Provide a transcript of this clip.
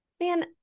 Man